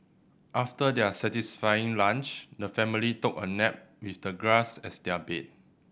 after their satisfying lunch the family took a nap with the grass as their bed